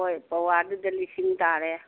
ꯍꯣꯏ ꯄꯋꯥꯗꯨꯗ ꯂꯤꯁꯤꯡ ꯇꯥꯔꯦ